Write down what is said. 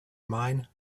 mine